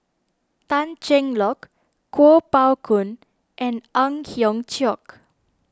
Tan Cheng Lock Kuo Pao Kun and Ang Hiong Chiok